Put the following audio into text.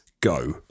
GO